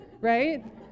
right